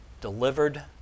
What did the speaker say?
delivered